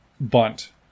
Bunt